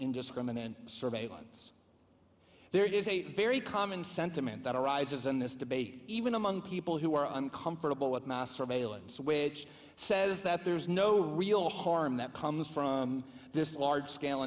indiscriminate surveillance there is a very common sentiment that arises in this debate even among people who are uncomfortable with mass surveillance which says that there's no real harm that comes from this large scale